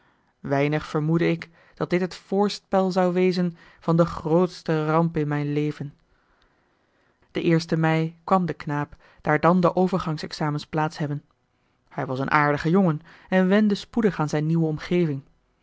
weinig vermoedde ik dat dit het voorspel zou wezen van de grootste ramp in mijn leven den eersten mei kwam de knaap daar dan de overgangsexamens plaats hebben hij was een aardige jongen en wende spoedig aan zijn nieuwe omgeving